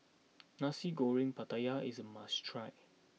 Nasi Goreng Pattaya is a must try